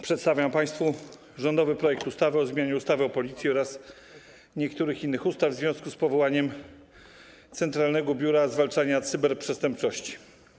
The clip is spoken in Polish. Przedstawiam państwu rządowy projekt ustawy o zmianie ustawy o Policji oraz niektórych innych ustaw w związku z powołaniem Centralnego Biura Zwalczania Cyberprzestępczości.